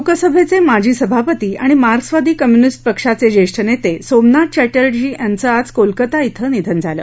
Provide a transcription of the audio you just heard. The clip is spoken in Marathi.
लोकसभेचे माजी सभापती आणि मार्क्सवादी कम्यूनिस्ट पक्षाचे जेष्ठ नेते सोमनाथ चॅटर्जी यांचं आज कोलकाता श्वं निधन झालं